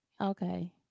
Okay